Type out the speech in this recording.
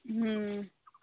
हुँ